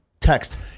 text